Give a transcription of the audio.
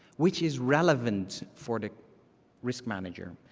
which is relevant for the risk manager.